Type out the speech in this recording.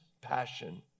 passion